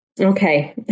Okay